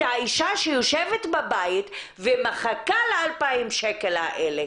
האשה שיושבת בבית ומחכה ל-2,000 שקל האלה